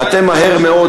אתם מהר מאוד,